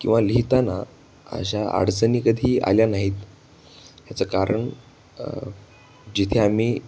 किंवा लिहिताना अशा अडचणी कधी आल्या नाहीत ह्याचं कारण जिथे आम्ही